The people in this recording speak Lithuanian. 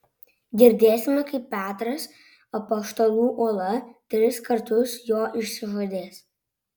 girdėsime kaip petras apaštalų uola tris kartus jo išsižadės